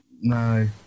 no